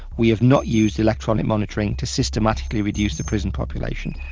we have not used electronic monitoring to systematically reduce the prison population.